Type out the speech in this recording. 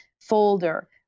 folder